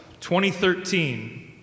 2013